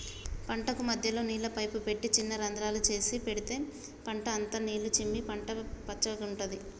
పంటకు మధ్యలో నీళ్ల పైపు పెట్టి చిన్న రంద్రాలు చేసి పెడితే పంట అంత నీళ్లు చిమ్మి పంట పచ్చగుంటది